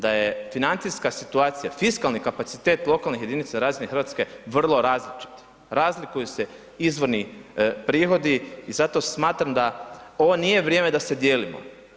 Da je financijska situacija, fiskalni kapacitet lokalnih jedinica na razini Hrvatske vrlo različit, razlikuju se izvorni prohodi i zato smatram da ovo nije vrijeme da se dijelimo.